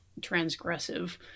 transgressive